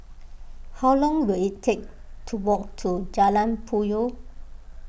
how long will it take to walk to Jalan Puyoh